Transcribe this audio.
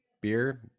beer